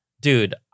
Dude